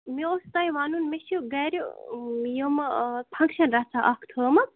مےٚ اوس تۄہہِ وَنُن مےٚ چھُ گَرِ یِم آ فَنگشَن رَژھا اَکھ تھٲومٕژ